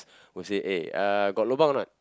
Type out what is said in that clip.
will say eh uh got lobang or not